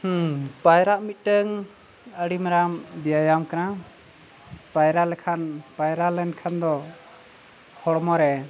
ᱦᱩᱸ ᱯᱟᱭᱨᱟᱜ ᱢᱤᱫᱴᱟᱝ ᱟᱹᱰᱤ ᱢᱟᱨᱟᱝ ᱵᱮᱭᱟᱢ ᱠᱟᱱᱟ ᱯᱟᱭᱨᱟ ᱞᱮᱠᱷᱟᱱ ᱯᱟᱭᱨᱟ ᱞᱮᱱᱠᱷᱟᱱ ᱫᱚ ᱦᱚᱲᱢᱚ ᱨᱮ